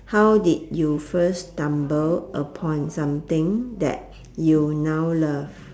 how did you first stumble upon something that you now love